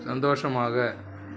சந்தோஷமாக